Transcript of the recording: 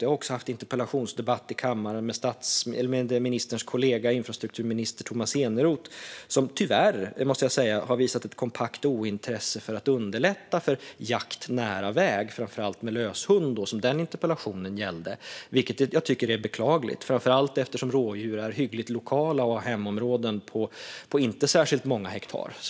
Jag har haft en interpellationsdebatt i kammaren med ministerns kollega, infrastrukturminister Tomas Eneroth, som tyvärr har visat ett kompakt ointresse för att underlätta för jakt nära väg, framför allt med lös hund, som den interpellationen gällde. Jag tycker att detta är beklagligt, framför allt eftersom rådjur är hyggligt lokala och har hemområden på inte särskilt många hektar.